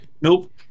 Nope